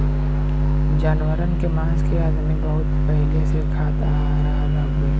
जानवरन के मांस के अदमी बहुत पहिले से खात आ रहल हउवे